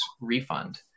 refund